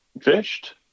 fished